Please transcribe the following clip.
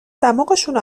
دماغشونو